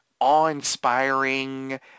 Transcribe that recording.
awe-inspiring